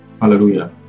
Hallelujah